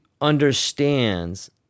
understands